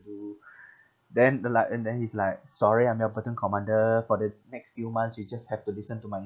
do then the like and then he's like sorry I'm your platoon commander for the next few months you just have to listen to my